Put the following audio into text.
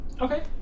Okay